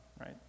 right